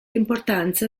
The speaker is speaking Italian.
importanza